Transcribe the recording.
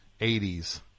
80s